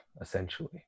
essentially